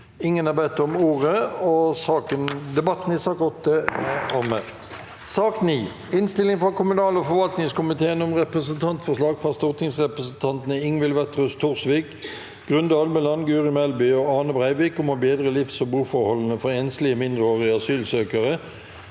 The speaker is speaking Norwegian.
ikke bedt om ordet til sak nr. 8. S ak nr. 9 Innstilling fra kommunal- og forvaltningskomiteen om Representantforslag fra stortingsrepresentantene Ingvild Wetrhus Thorsvik, Grunde Almeland, Guri Melby og Ane Breivik om å bedre livs- og boforholdene for enslige mindreårige asylsøkere